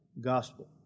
gospel